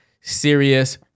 serious